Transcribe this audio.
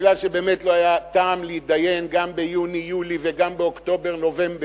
בגלל שבאמת לא היה טעם להתדיין גם ביוני-יולי וגם באוקטובר-נובמבר,